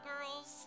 girls